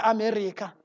America